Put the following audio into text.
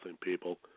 people